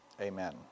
Amen